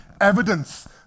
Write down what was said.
evidence